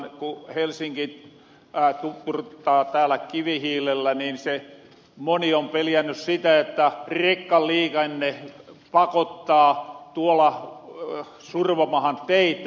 ku helsinki tupruttaa täällä kivihiilellä niin moni on peljänny sitä että rekkaliikenne pakottaa tuolla survomahan teitä